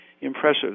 impressive